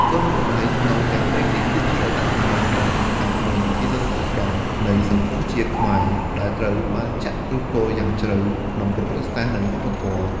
គុណតម្លៃស្នូលទាំងបីនេះ គឺជាអត្តសញ្ញាណ ដ៏សំខាន់ និងជាសសរស្ដម្ភនៃសង្គមជាតិខ្មែរ ដែលត្រូវបានចាក់ឫសគល់យ៉ាងជ្រៅក្នុងប្រវត្តិសាស្រ្ត និងវប្បធម៌។